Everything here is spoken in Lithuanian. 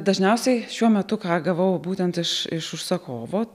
dažniausiai šiuo metu ką gavau būtent iš iš užsakovo